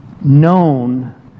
known